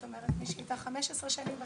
זאת אומרת מי שהייתה 15 שנים בתור,